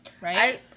Right